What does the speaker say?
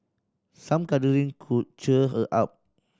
some cuddling could cheer her up